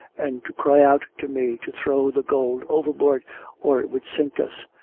and to cry out to me to throw the gold overboard or it would sink us,